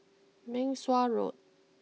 Meng Suan Road